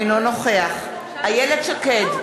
אינו נוכח איילת שקד,